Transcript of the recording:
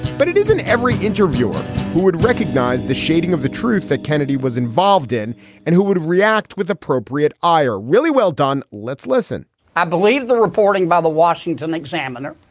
but it isn't every interviewer would recognize the shading of the truth that kennedy was involved in and who would react with appropriate ire. really? well done. let's listen i believe the reporting by the washington examiner,